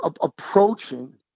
approaching